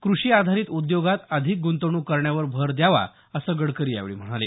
क्रषीआधारित उद्योगांत अधिक गुंतवणूक करण्यावर भर द्यावा असं गडकरी यावेळी म्हणाले